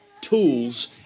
tools